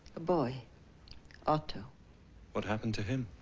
a boy otto what happened to him?